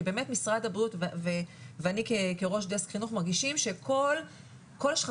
כי באמת משרד הבריאות ואני כראש דסק חינוך מרגישים שכל שכבות